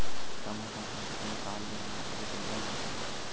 Tomato పంట పై రాళ్లు వాన పడితే ఏమవుతుంది?